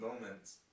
moments